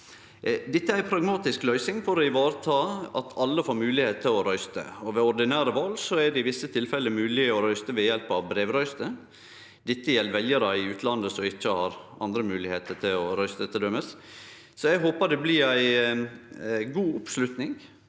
Dette er ei pragmatisk løysing for å vareta at alle får moglegheit til å røyste. Ved ordinære val er det i visse tilfelle mogleg å røyste ved hjelp av brevrøyster. Dette gjeld t.d. veljarar i utlandet som ikkje har andre moglegheiter til å røyste. Eg håpar at det blir god oppslutning